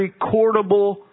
recordable